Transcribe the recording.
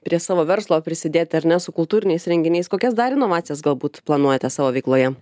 prie savo verslo prisidėti ar ne su kultūriniais renginiais kokias dar inovacijas galbūt planuojate savo veikloje